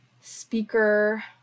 speaker